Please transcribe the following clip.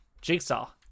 Jigsaw